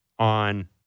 On